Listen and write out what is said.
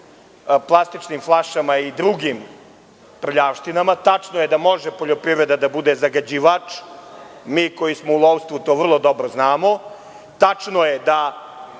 plastičnim flašama i drugim prljavštinama. Tačno je da može poljoprivreda da bude zagađivač. Mi koji smo u lovstvu to vrlo dobro znamo. Tačno je da